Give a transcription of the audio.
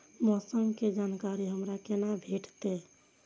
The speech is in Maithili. मौसम के जानकारी हमरा केना भेटैत?